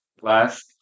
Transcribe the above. last